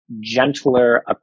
gentler